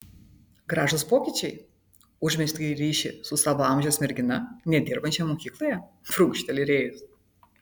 gražūs pokyčiai užmezgei ryšį su savo amžiaus mergina nedirbančia mokykloje prunkšteli rėjus